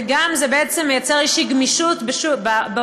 וזה גם בעצם יוצר איזושהי גמישות בעולם